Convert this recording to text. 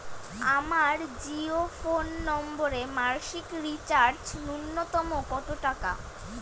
আমার জিও ফোন নম্বরে মাসিক রিচার্জ নূন্যতম কত টাকা?